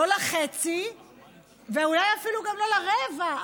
לא לחצי ואולי אפילו לא לרבע,